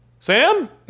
Sam